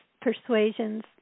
persuasions